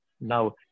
now